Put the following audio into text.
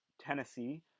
Tennessee